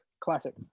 Classic